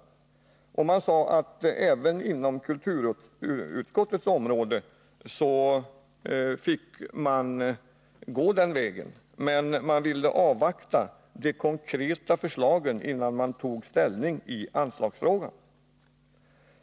Utskottet sade vidare att man fick gå den vägen även inom kulturutskottets område. Man ville emellertid avvakta de konkreta förslagen, innan man tog ställning i anslagsfrågan.